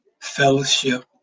fellowship